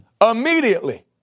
immediately